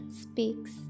speaks